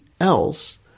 else